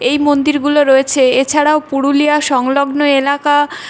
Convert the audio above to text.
এই মন্দিরগুলো রয়েছে এছাড়াও পুরুলিয়া সংলগ্ন এলাকা